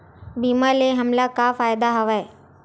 बीमा ले हमला का फ़ायदा हवय?